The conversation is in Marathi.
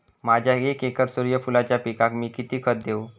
माझ्या एक एकर सूर्यफुलाच्या पिकाक मी किती खत देवू?